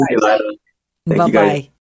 Bye-bye